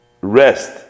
rest